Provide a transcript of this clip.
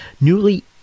newly